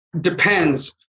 depends